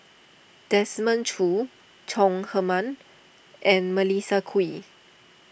Desmond Choo Chong Heman and Melissa Kwee